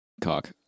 Cock